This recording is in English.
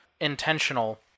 intentional